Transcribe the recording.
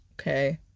Okay